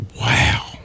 Wow